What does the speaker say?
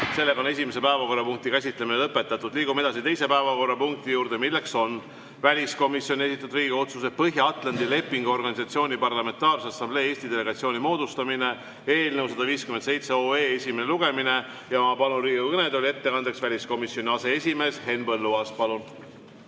võetud. Esimese päevakorrapunkti käsitlemine on lõpetatud. Liigume edasi teise päevakorrapunkti juurde. See on väliskomisjoni esitatud Riigikogu otsuse "Põhja-Atlandi Lepingu Organisatsiooni Parlamentaarse Assamblee Eesti delegatsiooni moodustamine" eelnõu 157 esimene lugemine. Ma palun Riigikogu kõnetooli ettekandeks väliskomisjoni aseesimehe Henn Põlluaasa.